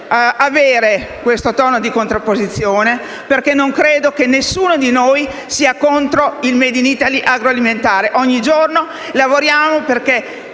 avere questo tono di contrapposizione, perché non credo che nessuno di noi sia contro il *made in Italy* agroalimentare. Ogni giorno lavoriamo affinché